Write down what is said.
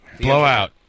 Blowout